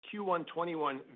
Q121